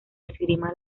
esgrima